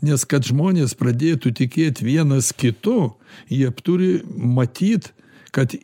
nes kad žmonės pradėtų tikėt vienas kitu jie p turi matyt kad